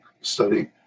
study